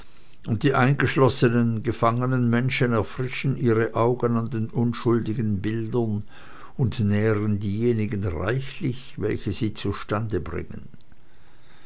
und die eingeschlossenen gefangenen menschen erfrischen ihre augen an den unschuldigen bildern und nähren diejenigen reichlich welche sie zustande bringen